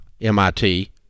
MIT